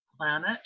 planet